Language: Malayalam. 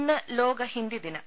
ഇന്ന് ലോക ഹിന്ദി ദിനം